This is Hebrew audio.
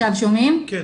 שומעים.